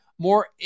more